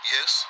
Yes